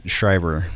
Schreiber